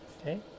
okay